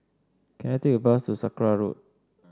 can I take a bus to Sakra Road